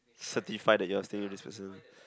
seventy five that you are staying with this person